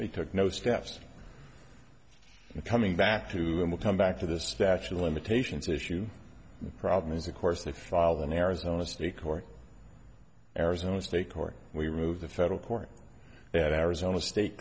they took no steps in coming back to come back to the statute of limitations issue problem is of course they filed in arizona state court arizona state court we remove the federal court at arizona state